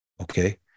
Okay